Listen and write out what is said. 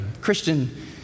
Christian